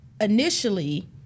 initially